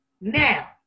Now